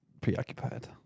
preoccupied